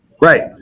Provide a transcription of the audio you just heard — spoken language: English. Right